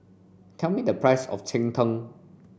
tell me the price of Cheng Tng